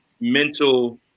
mental